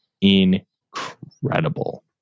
incredible